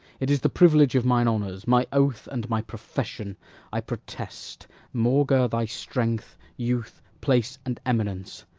it is the privilege of mine honours, my oath, and my profession i protest maugre thy strength, youth, place, and eminence,